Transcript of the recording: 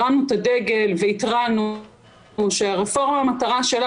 הרמנו את הדגל והתרענו שהמטרה של הרפורמה